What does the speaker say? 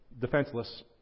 defenseless